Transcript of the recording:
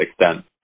extent